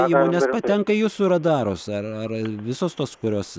įmonės patenka jūsų radarus ar visos tos kurios